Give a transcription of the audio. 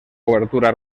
cobertura